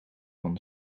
van